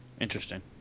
Interesting